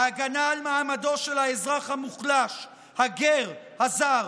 ההגנה על מעמדו של האזרח המוחלש, הגר, הזר.